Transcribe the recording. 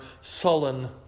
sullen